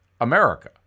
America